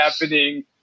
happening